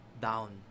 down